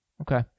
okay